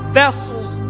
vessels